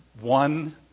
one